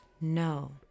No